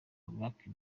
lucky